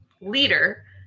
leader